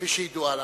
כפי שידועה לאדוני.